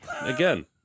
again